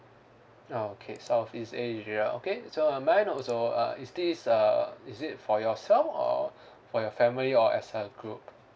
okay southeast asia okay so uh may I know also uh is this uh is it for yourself or for your family or as a group